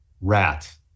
rat